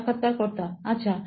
সাক্ষাৎকারকর্তা আচ্ছা